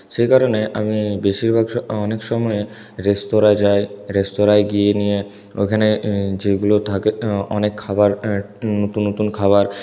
সেই কারণে আমি বেশিরভাগ অনেক সময়ে রেস্তোরাঁ যাই রেস্তোরাঁয় গিয়ে নিয়ে ওখানে যেগুলো থাকে অনেক খাবার নতুন নতুন খাবার